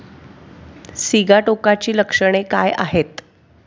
सिगाटोकाची लक्षणे काय आहेत?